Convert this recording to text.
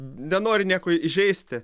nenoriu nieko įžeisti